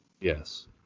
Yes